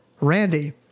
Randy